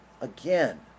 Again